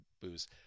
booze